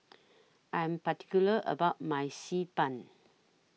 I Am particular about My Xi Ban